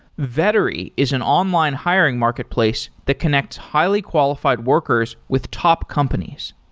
vettery is an online hiring marketplace to connects highly-qualified workers with top companies.